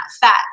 fat